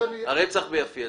רצח ביפו.